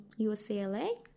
UCLA